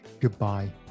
goodbye